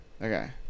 Okay